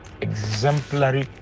exemplary